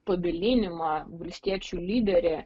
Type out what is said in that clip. padalinimą valstiečių lyderį